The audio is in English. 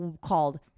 called